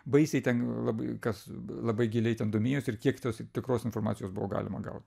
baisiai ten labai kas labai giliai ten domėjosi ir kiek tos tikros informacijos buvo galima gaut